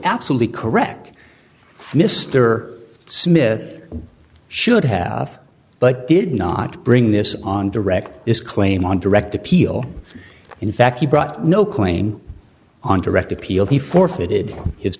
absolutely correct mr smith should have but did not bring this on direct his claim on direct appeal in fact he brought no claim on direct appeal he forfeited